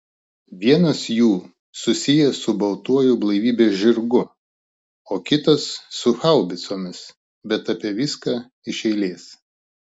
vienas jų susijęs su baltuoju blaivybės žirgu o kitas su haubicomis bet apie viską iš eilės